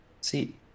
See